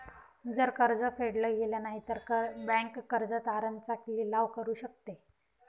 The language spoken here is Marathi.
जर कर्ज फेडल गेलं नाही, तर बँक कर्ज तारण चा लिलाव करू शकते